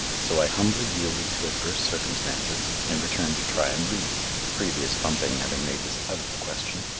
so i humbly yielded to adverse circumstances and returned to try and read, the previous bumping having made this out of the question.